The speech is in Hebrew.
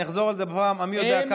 אני אחזור על זה בפעם המי-יודע-כמה,